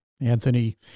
Anthony